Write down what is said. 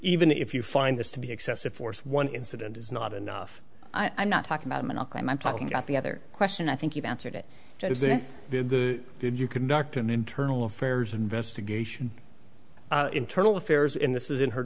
even if you find this to be excessive force one incident is not enough i'm not talking about malcolm i'm talking about the other question i think you've answered it did you conduct an internal affairs investigation internal affairs in this is in her